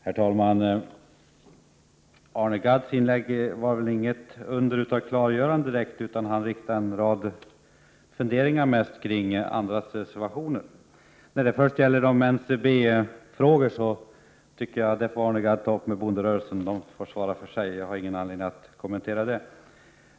Herr talman! Arne Gadds inlägg var väl inget under av klarhet. Han hade mest en rad funderingar kring andras reservationer. När det först gäller NCB-frågorna tycker jag att Arne Gadd skall ta upp dem med bonderörelsen. Den får svara för sig, och jag har ingen anledning att kommentera detta.